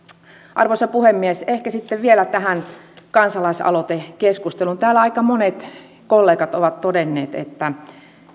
arvoisa puhemies ehkä sitten vielä tähän kansalaisaloitekeskusteluun täällä aika monet kollegat ovat todenneet että